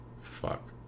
fuck